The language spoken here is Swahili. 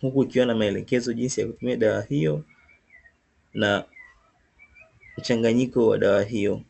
huku ukiona maelekezo jinsi ya kutumia dawa hiyo, na mchanganyiko wa dawa hiyo.